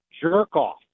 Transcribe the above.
jerk-off